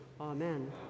Amen